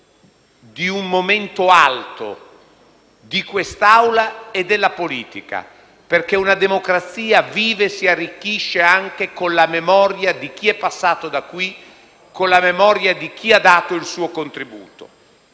di un momento alto di quest'Assemblea e della politica, perché una democrazia vive e si arricchisce anche con la memoria di chi è passato da qui, con la memoria di chi ha dato il suo contributo.